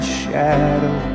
shadow